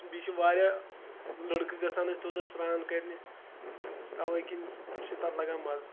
بیٚیہِ چھِ واریاہ لٔڑکہٕ گژھان أسۍ توٚتتھ سرٛان کَرنہِ تَوٕے کِنۍ چھِ تَتھ لَگان مَزٕ